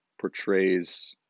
portrays